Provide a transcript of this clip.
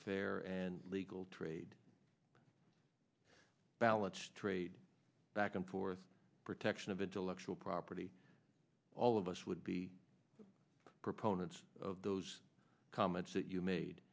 fair and legal trade balance trade back and forth protection of intellectual property all of us would be proponents of those comments that you made